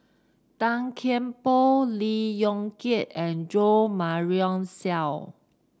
Tan Kian Por Lee Yong Kiat and Jo Marion Seow